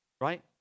right